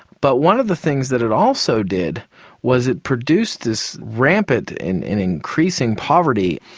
but one of the things that it also did was it produced this rampant and increasing poverty.